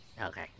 Okay